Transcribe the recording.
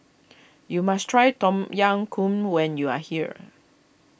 you must try Tom Yam Goong when you are here